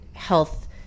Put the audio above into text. health